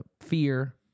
fear